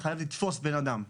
אני חייב לתפוס בן אדם.